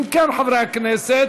אם כן, חברי הכנסת,